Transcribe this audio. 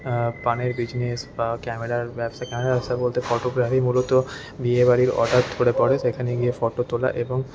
পানের বিজনেস বা ক্যামেরার ব্যবসা ক্যামেরার ব্যবসা বলতে ফটোগ্রাফি মূলত বিয়েবাড়ি করে পরে সেখানে গিয়ে ফটো তোলা এবং